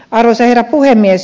arvoisa herra puhemies